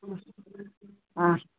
ఆ